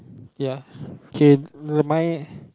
ya K the my